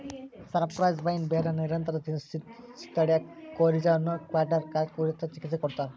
cypress vine ಬೇರನ್ನ ನಿರಂತರ ಸಿನೋದನ್ನ ತಡ್ಯಾಕ ಮತ್ತ ಕೋರಿಜಾ ಅನ್ನೋ ಕ್ಯಾಟರಾಲ್ ಉರಿಯೂತಕ್ಕ ಚಿಕಿತ್ಸೆ ಕೊಡಾಕ ಬಳಸ್ತಾರ